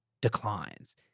declines